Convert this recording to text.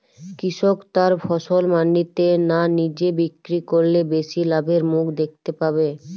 কৃষক তার ফসল মান্ডিতে না নিজে বিক্রি করলে বেশি লাভের মুখ দেখতে পাবে?